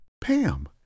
Pam